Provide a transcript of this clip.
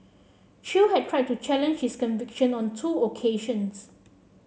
chew had tried to challenge his conviction on two occasions